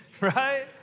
Right